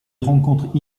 rencontre